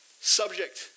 subject